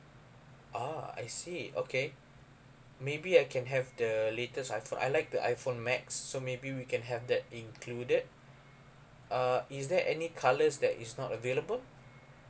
ah I see okay maybe I can have the latest iphone I like the iphone max so maybe we can have that included uh is there any colours that is not available